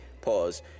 pause